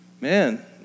man